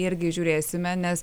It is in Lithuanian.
irgi žiūrėsime nes